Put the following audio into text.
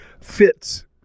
fits